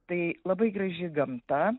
tai labai graži gamta